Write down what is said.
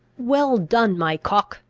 well done, my cock!